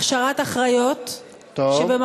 הכשרת אחיות שבמחסור.